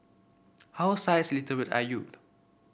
how science literate are you